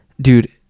Dude